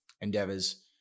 endeavors